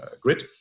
grid